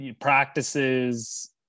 practices